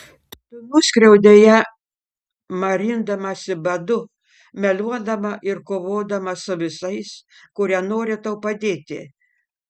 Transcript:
tu nuskriaudei ją marindamasi badu meluodama ir kovodama su visais kurie nori tau padėti